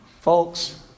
Folks